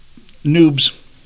noobs